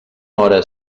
hora